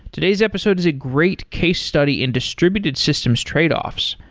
today's episode is a great case study in distributed systems tradeoffs.